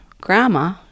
grandma